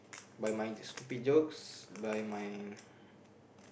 by my stupid jokes by my